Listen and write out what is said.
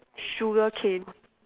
sugar cane